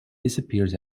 disappears